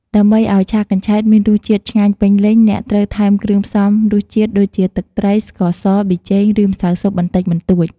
ដើម្បីឲ្យឆាកញ្ឆែតមានរសជាតិឆ្ងាញ់ពេញលេញ អ្នកត្រូវ ថែមគ្រឿងផ្សំរសជាតិ ដូចជា ទឹកត្រី ស្ករស ប៊ីចេង ឬម្សៅស៊ុបបន្តិចបន្តួច។